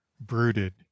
brooded